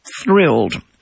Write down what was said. thrilled